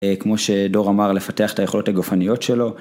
כמו שדור אמר לפתח את היכולות הגופניות שלו